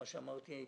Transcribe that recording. מה שאמרתי,